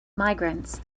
migrants